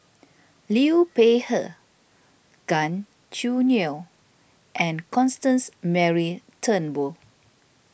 Liu Peihe Gan Choo Neo and Constance Mary Turnbull